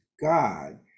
God